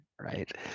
right